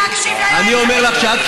אני אומר לך שאת,